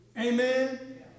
Amen